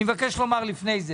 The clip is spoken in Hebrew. מבקש לומר לפני זה